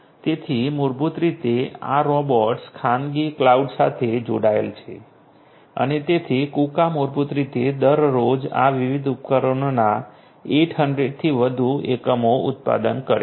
તેથી મૂળભૂત રીતે આ રોબોટ્સ ખાનગી ક્લાઉડ સાથે જોડાયેલા છે અને તેથી કુકા મૂળભૂત રીતે દરરોજ આ વિવિધ ઉપકરણોના 800 થી વધુ એકમોનું ઉત્પાદન કરે છે